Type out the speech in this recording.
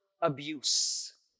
abuse